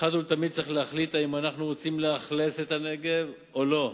אחת ולתמיד צריך להחליט אם אנחנו רוצים לאכלס את הנגב או לא,